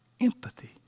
Empathy